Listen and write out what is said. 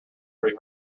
free